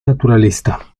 naturalista